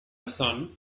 son